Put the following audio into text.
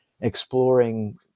exploring